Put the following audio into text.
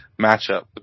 matchup